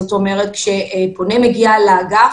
זאת אומרת, כשפונה מגיע לאגף,